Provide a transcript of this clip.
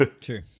True